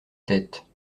tête